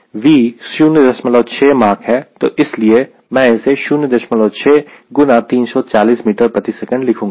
V 06 Mach है तो इसलिए मैं इसे 06 गुना 340 मीटर प्रति सेकंड लिखूंगा